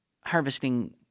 harvesting